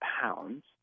pounds